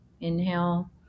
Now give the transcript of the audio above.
inhale